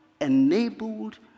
enabled